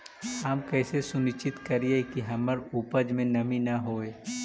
हम कैसे सुनिश्चित करिअई कि हमर उपज में नमी न होय?